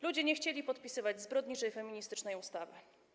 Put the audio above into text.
Ludzie nie chcieli podpisywać zbrodniczej feministycznej ustawy.